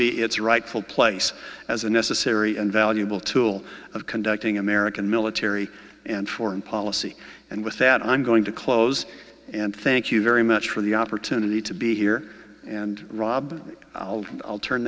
be its rightful place as a necessary and valuable tool of conducting american military and foreign policy and with that i'm going to close and thank you very much for the opportunity to be here and rob i'll